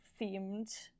themed